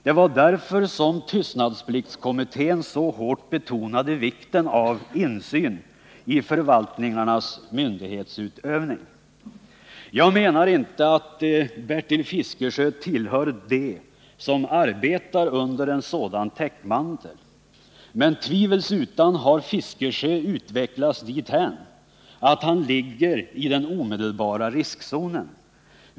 Det var därför som tystnadspliktskommittén så hårt betonade vikten av insyn i förvaltningarnas myndighetsutövning. Jag menar inte att Bertil Fiskesjö tillhör dem som arbetar under sådan täckmantel. Men tvivelsutan har Bertil Fiskesjö utvecklats dithän att han ligger i den omedelbara riskzonen.